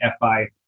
FI